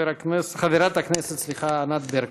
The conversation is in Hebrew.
חברת הכנסת ענת ברקו.